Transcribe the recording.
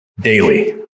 daily